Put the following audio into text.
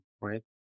right